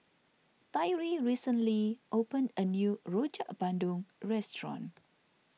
Tyree recently opened a new Rojak Bandung restaurant